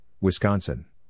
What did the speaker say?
Wisconsin